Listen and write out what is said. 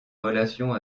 relation